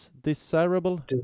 Desirable